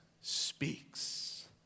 speaks